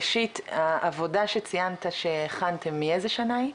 ראשית, העבודה שציינת שהכנתם, מאיזה שנה היא?